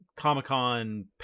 comic-con